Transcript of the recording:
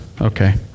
Okay